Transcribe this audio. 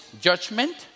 judgment